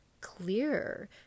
clearer